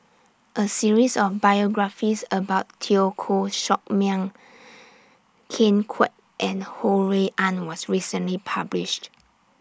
A series of biographies about Teo Koh Sock Miang Ken Kwek and Ho Rui An was recently published